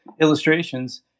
illustrations